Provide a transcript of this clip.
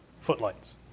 footlights